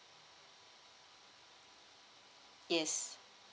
yes